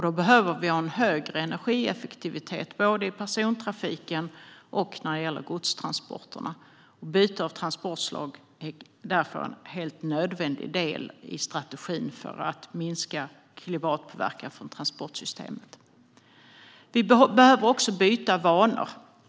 Då behöver vi ha en högre energieffektivitet både i persontrafiken och i godstransporterna. Byte av transportslag är därför en helt nödvändig del i strategin för att minska klimatpåverkan från transportsystemet. Vi behöver också byta vanor.